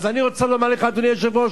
אז אני רוצה לומר לך, אדוני היושב-ראש: